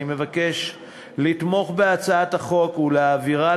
אני מבקש לתמוך בהצעת החוק ולהעבירה